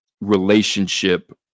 relationship